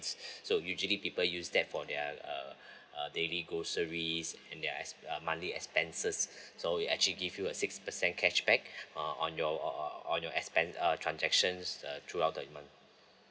so usually people use that for their uh uh daily groceries and their ex~ monthly expenses so it actually give you a six percent cashback uh on your on on your expense uh transactions uh throughout the month